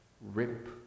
rip